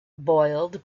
boiled